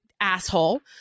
asshole